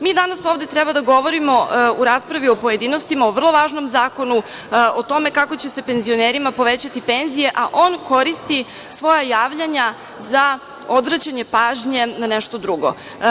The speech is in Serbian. Mi danas ovde treba da govorimo u raspravi u pojedinostima o vrlo važnom zakonu, o tome kako će se penzionerima povećati penzije, a on koristi svoja javljanja za odvraćanje pažnje na nešto drugo.